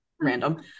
random